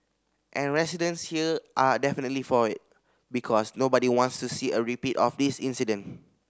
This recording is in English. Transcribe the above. and residents here are definitely for it because nobody wants to see a repeat of this incident